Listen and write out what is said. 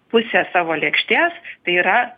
pusę savo lėkštės tai yra